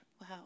Wow